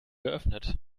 geöffnet